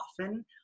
often